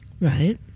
right